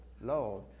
Lord